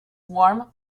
warm